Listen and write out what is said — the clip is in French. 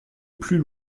plus